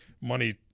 money